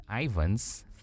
Ivan's